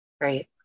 Right